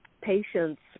patients